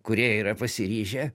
kurie yra pasiryžę